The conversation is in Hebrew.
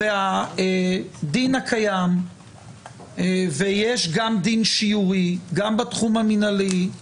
והדין הקיים ויש גם דין שיורי, גם בתחום המינהלי,